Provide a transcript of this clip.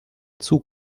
zug